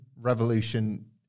revolution